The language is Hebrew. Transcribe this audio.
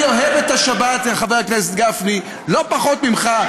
אני אוהב את השבת, חבר הכנסת גפני, לא פחות ממך.